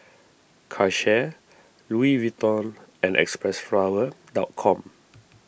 Karcher Louis Vuitton and Xpressflower com